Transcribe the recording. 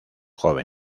hombres